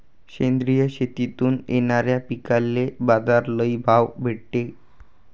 सेंद्रिय शेतीतून येनाऱ्या पिकांले बाजार लई भाव भेटते